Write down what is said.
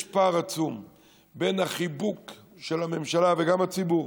יש פער עצום בין החיבוק של הממשלה וגם של הציבור